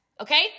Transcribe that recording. Okay